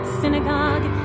synagogue